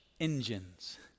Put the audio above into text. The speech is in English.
engines